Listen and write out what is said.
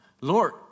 Lord